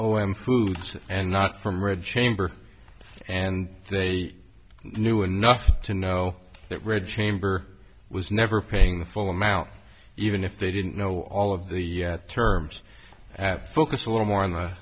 m foods and not from red chamber and they knew enough to know that red chamber was never paying the full amount even if they didn't know all of the terms focus a little more on the